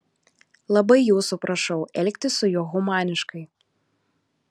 labai jūsų prašau elgtis su juo humaniškai